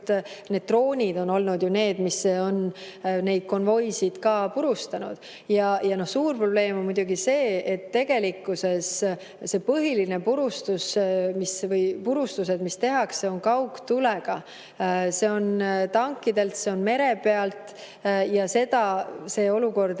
just droonid on olnud ju need, mis on neid konvoisid purustanud. Ja suur probleem on muidugi see, et tegelikkuses need põhilised purustused, mis tehakse, on tehtud kaugtulega. See on tankidelt, see on mere pealt ja seda see olukord